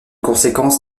conséquence